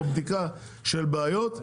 או בדיקה של בעיות,